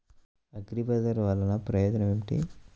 అగ్రిబజార్ వల్లన ప్రయోజనం ఏమిటీ?